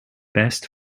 best